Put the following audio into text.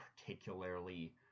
particularly